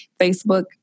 Facebook